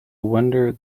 wonder